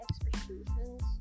expectations